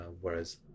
whereas